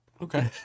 Okay